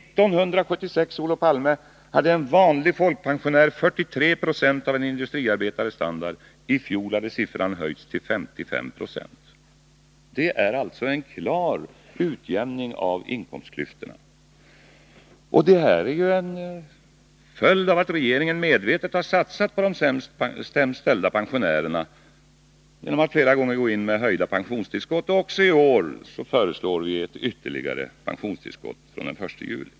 År 1976, Olof Palme, hade en vanlig folkpensionär 43 96 av en industriarbetares standard. I fjol hade siffran höjts till 55 20. Det har alltså skett en klar utjämning av inkomstklyftorna. Och det är ju en följd av att regeringen medvetet har satsat på de sämst ställda pensionärerna, genom att vi flera gånger har gått in med höjda pensionstillskott. Även i år föreslår vi ett ytterligare pensionstillskott från den 1 juli.